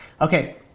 Okay